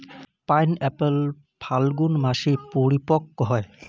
pineapple ফাল্গুন মাসে পরিপক্ব হয়